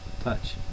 Touch